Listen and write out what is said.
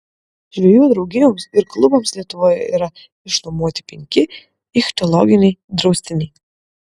žvejų draugijoms ir klubams lietuvoje yra išnuomoti penki ichtiologiniai draustiniai